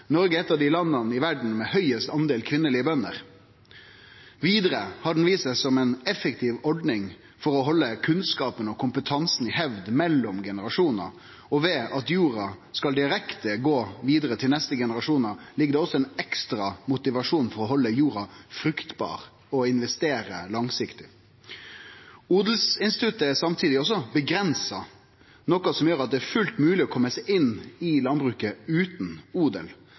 Noreg er eit av dei landa i verda med høgast del kvinnelege bønder. Vidare har han vist seg som ei effektiv ordning for å halde kunnskapen og kompetansen i hevd mellom generasjonar. Ved at jorda skal gå direkte vidare til neste generasjonar, ligg det også ein ekstra motivasjon for å halde jorda fruktbar og å investere langsiktig. Odelsinstituttet er samtidig også avgrensa – noko som gjer at det er fullt mogleg å kome seg inn i landbruket utan odel.